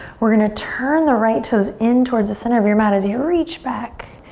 we're gonna turn the right toes in towards the center of your mat as you reach back,